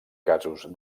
casos